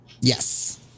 Yes